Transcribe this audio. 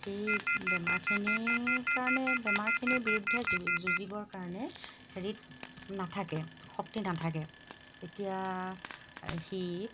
সেই বেমাৰখিনিৰ কাৰণে বেমাৰখিনিৰ বিৰুদ্ধে যুঁজিবৰ কাৰণে হেৰিত নাথাকে শক্তি নাথাকে তেতিয়া সি